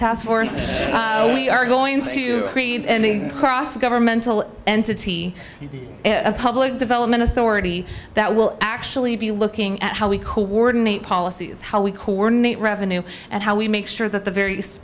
task force we are going to create a cross governmental entity a public development authority that will actually be looking at how we coordinate policies how we coordinate revenue and how we make sure that the various